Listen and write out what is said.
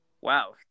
Wow